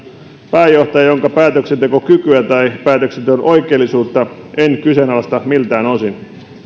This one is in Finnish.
pääjohtaja jonka päätöksentekokykyä tai päätöksenteon oikeellisuutta en kyseenalaista miltään osin